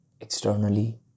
externally